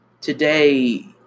today